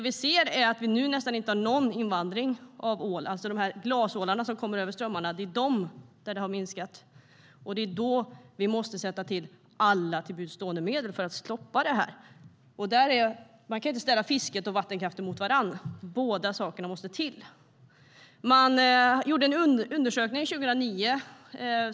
Nu har vi nästan ingen invandring av ål kvar, det vill säga av den glasål som kommer med strömmarna. Det är den som har minskat. Därför måste vi sätta in alla till buds stående medel för att stoppa minskningen. Man kan inte ställa fisket och vattenkraften mot varandra. Båda sakerna måste finnas. Fiskeriverket gjorde en undersökning 2009.